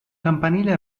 campanile